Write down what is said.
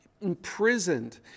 imprisoned